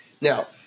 Now